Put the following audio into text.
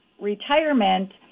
retirement